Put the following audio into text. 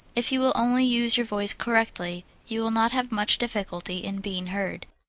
if you will only use your voice correctly, you will not have much difficulty in being heard.